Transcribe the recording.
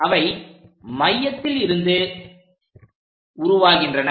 அவை மையத்தில் இருந்து உருவாகின்றன